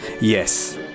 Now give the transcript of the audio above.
yes